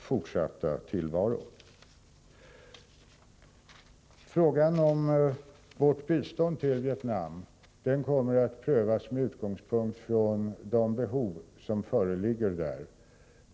Frågan om vårt bistånd till Vietnam kommer att prövas med utgångspunkt i behoven där.